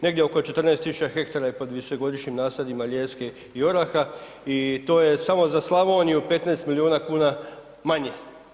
Negdje oko 14.000 hektara je pod višegodišnjim nasadima ljeske i oraha i to je samo za Slavoniju 15 milijuna kuna manje.